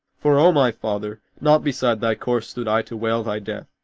for o my father, not beside thy corse stood i to wail thy death,